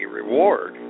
reward